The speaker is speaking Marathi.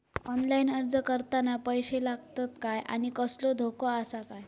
ऑनलाइन अर्ज करताना पैशे लागतत काय आनी कसलो धोको आसा काय?